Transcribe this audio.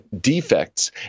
defects